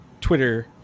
Twitter